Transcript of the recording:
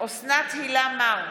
אוסנת הילה מארק,